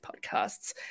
podcasts